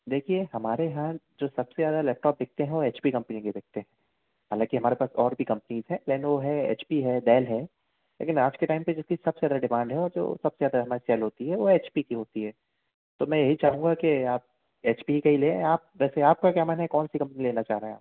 देखिए हमारे यहाँ जो सबसे ज़्यादा लैपटॉप बिकते हैं वो एच पी कंपनी के बिकते हैं हालांकि हमारे पास और भी कंपनीज हैं लेनेवों है एच पी है डेल है लेकिन आज के टाइम पे जिसकी सबसे ज़्यादा डिमांड है वो जो सबसे ज़्यादा हमारी सेल होती है वो एच पी की होती है तो मैं यही चाहूँगा की आप एच पी का ही लें आप वैसे आप का क्या मन है कौन सी कंपनी लेना चाह रहे हैं आप